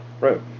Right